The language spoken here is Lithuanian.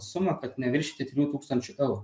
sumą kad neviršyti trijų tūkstančių eurų